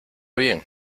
bien